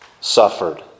suffered